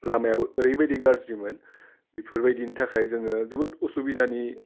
लामायाबो ओरैबायदि गाज्रिमोन बिफोरबायदिनि थाखाय जोङो जोबोद असुबिदानि